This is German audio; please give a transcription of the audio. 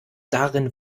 darin